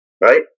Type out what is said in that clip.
right